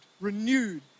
renewed